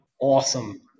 awesome